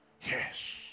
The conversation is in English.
Yes